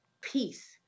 peace